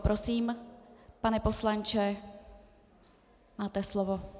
Prosím, pane poslanče, máte slovo.